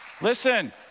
Listen